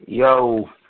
Yo